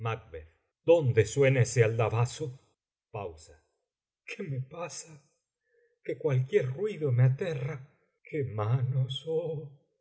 dónde suena ese aldabazo pausa qué me pasa que cualquier ruido me aterra qué manos oh